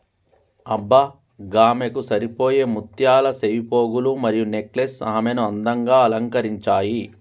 అబ్బ గామెకు సరిపోయే ముత్యాల సెవిపోగులు మరియు నెక్లెస్ ఆమెను అందంగా అలంకరించాయి